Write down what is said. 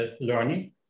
learning